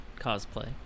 cosplay